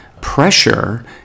pressure